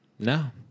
No